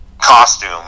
Costume